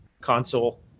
console